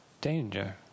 danger